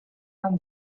and